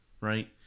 Right